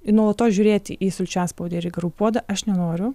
ir nuolatos žiūrėti į sulčiaspaudę ir į garų puodą aš nenoriu